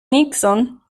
nixon